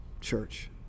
church